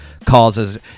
causes